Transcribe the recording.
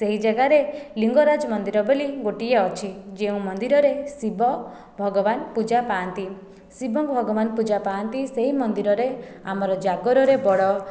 ସେହି ଜାଗାରେ ଲିଙ୍ଗରାଜ ମନ୍ଦିର ବୋଲି ଗୋଟିଏ ଅଛି ଯେଉଁ ମନ୍ଦିରରେ ଶିବ ଭଗବାନ ପୂଜା ପାଆନ୍ତି ଶିବ ଭଗବାନ ପୂଜା ପାଆନ୍ତି ସେହି ମନ୍ଦିରରେ ଆମର ଜାଗରରେ ବଡ଼